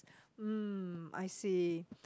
mm I see